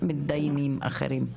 למתדיינים אחרים.